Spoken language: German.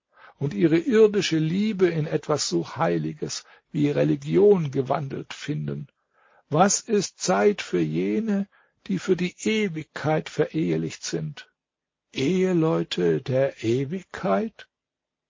und ihre irdische liebe in etwas so heiliges wie religion gewandelt finden was ist zeit für jene die für die ewigkeit verehelicht sind eheleute der ewigkeit